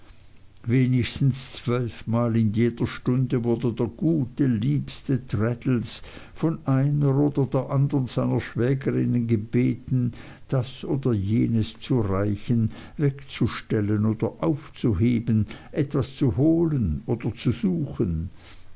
wenigstens zwölfmal in jeder stunde wurde der gute liebste traddles von einer oder der andern seiner schwägerinnen gebeten das oder jenes zu reichen wegzustellen oder aufzuheben etwas zu holen oder zu suchen